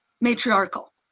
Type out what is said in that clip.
matriarchal